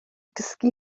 dysgu